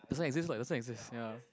doesn't exist lah it doesn't exist ya